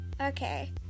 okay